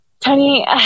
Tony